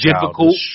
difficult